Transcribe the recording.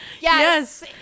yes